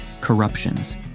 corruptions